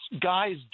guy's